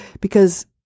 because-